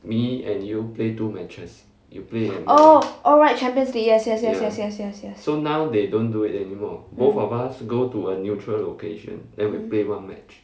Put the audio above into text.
oh oh right champions league yes yes yes yes yes yes mm mm